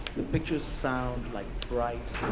the pictures sound like bright,